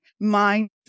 mind